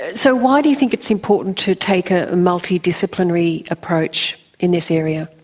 so why do you think it's important to take a multi-disciplinary approach in this area?